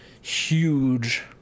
huge